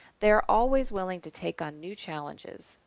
they are always willing to take on new challenges,